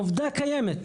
עובדה קיימת,